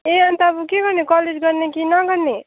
ए अन्त अब के गर्ने कलेज गर्ने कि नगर्ने